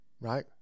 right